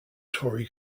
tory